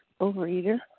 overeater